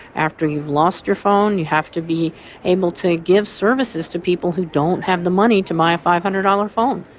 after you've lost your phone you have to be able to give services to people who don't have the money to buy a five hundred dollars phone.